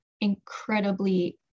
incredibly